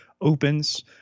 opens